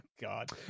God